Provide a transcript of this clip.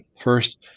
first